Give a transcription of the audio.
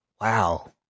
wow